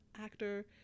actor